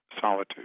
solitude